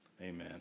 Amen